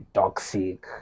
toxic